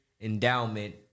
endowment